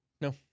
No